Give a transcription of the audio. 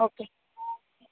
okay